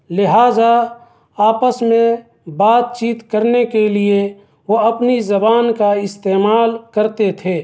لہٰذا آپس میں بات چیت کرنے کے لیے وہ اپنی زبان کا استعمال کرتے تھے